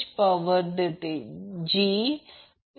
म्हणून S2 Q2 sin 2 म्हणजे 45 0